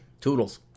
Toodles